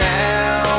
now